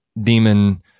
demon